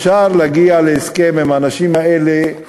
אפשר להגיע להסכם עם האנשים האלה.